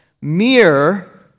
mere